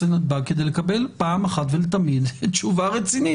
נתב"ג כדי לקבל פעם אחת ולתמיד תשובה רצינית.